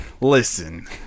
Listen